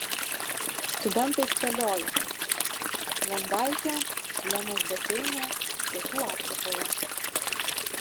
studentai spėlioja klondaike lenos baseine pietų afrikoje